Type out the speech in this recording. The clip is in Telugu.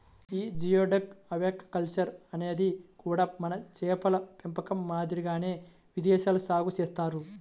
యీ జియోడక్ ఆక్వాకల్చర్ అనేది కూడా మన చేపల పెంపకం మాదిరిగానే విదేశాల్లో సాగు చేత్తన్నారు